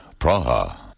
Praha